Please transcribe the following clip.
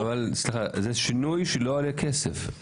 זה שינוי שלא עולה כסף.